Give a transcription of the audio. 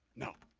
now,